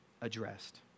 addressed